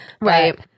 right